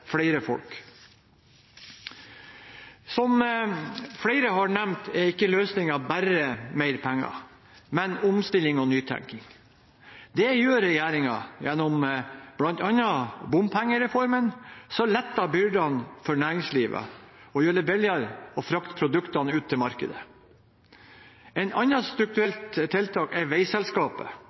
flere folk. Som flere har nevnt, er ikke løsningen bare mer penger, men omstilling og nytenkning. Det gjør regjeringen gjennom bl.a. bompengereformen, som letter byrdene for næringslivet og gjør det billigere å frakte produktene ut til markedet. Et annet strukturelt tiltak er veiselskapet,